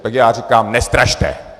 Tak já říkám, nestrašte.